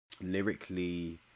lyrically